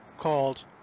called